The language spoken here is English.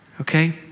okay